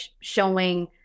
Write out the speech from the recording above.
showing